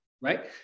Right